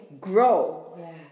grow